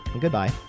Goodbye